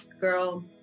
Girl